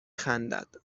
خندد